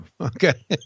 Okay